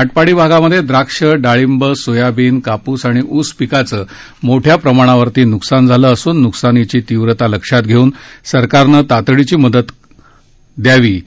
आटपाडी भागात द्राक्ष डाळिंब सोयाबीन कापूस आणि ऊस पिकाचं मोठ्या प्रमाणावर न्कसान झालं असून नुकसानाची तीव्रता लक्षात घेऊन सरकारनं तातडीची मदत लवकर दयावी